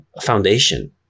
foundation